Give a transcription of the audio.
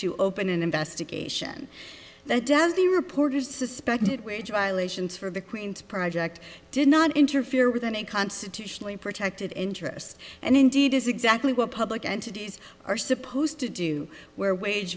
to open an investigation that does the reporter's suspected way gyal ations for the queen's project did not interfere with any constitutionally protected interest and indeed is exactly what public entities are supposed to do where wage